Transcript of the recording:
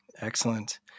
Excellent